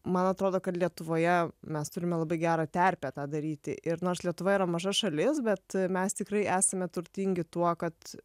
man atrodo kad lietuvoje mes turime labai gerą terpę tą daryti ir nors lietuva yra maža šalis bet mes tikrai esame turtingi tuo kad